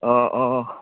অঁ অঁ